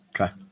Okay